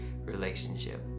relationship